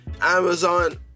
Amazon